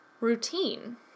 routine